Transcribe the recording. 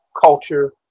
culture